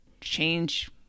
change